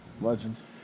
Legends